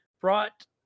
brought